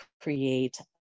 create